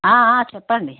చెప్పండి